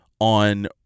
on